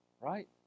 right